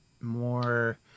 more